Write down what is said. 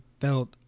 felt